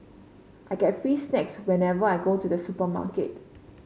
I get free snacks whenever I go to the supermarket